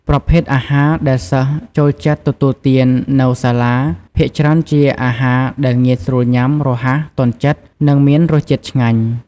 ប្រភេទអាហារដែលសិស្សចូលចិត្តទទួលទាននៅសាលា ភាគច្រើនជាអាហារដែលងាយស្រួលញ៉ាំ រហ័ស ទាន់ចិត្ត និងមានរសជាតិឆ្ងាញ់។